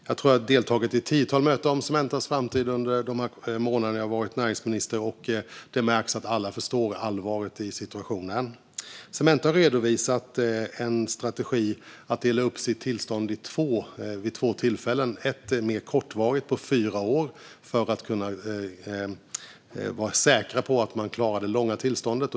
Jag tror att jag har deltagit i ett tiotal möten om Cementas framtid under de månader jag har varit näringsminister, och det märks att alla förstår allvaret i situationen. Cementa har redovisat en strategi att dela upp sitt tillstånd till två tillfällen. Ett är mer kortvarigt på fyra år för att vara säker på att man klarar det långa tillståndet.